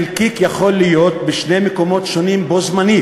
חלקיק יכול להיות בשני מקומות שונים בו-בזמן,